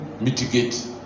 mitigate